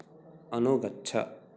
अनुगच्छ